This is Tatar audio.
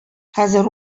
хәзер